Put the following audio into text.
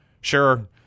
Sure